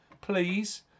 please